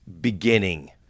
beginning